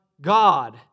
God